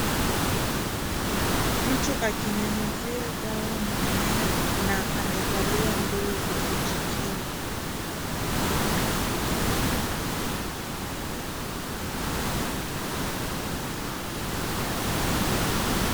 Mtu akinyunyuzia dawa mimea na amevalia nguo za kujikinga .